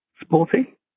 sporty